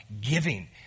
giving